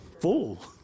fool